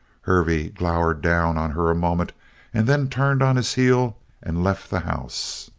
hervey glowered down on her a moment and then turned on his heel and left the house.